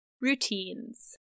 routines